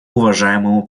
уважаемому